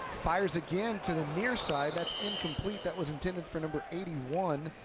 fires again to the near side, that's incomplete, that was intended for number eighty one.